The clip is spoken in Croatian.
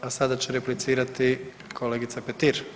A sada će replicirati kolegica Petir.